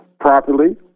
properly